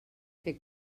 que